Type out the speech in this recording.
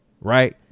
right